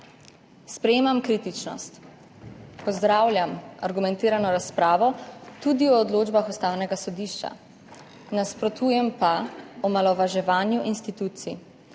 Sprejemam kritičnost, pozdravljam argumentirano razpravo tudi o odločbah Ustavnega sodišča. Nasprotujem pa omalovaževanju institucij